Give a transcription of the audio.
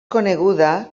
coneguda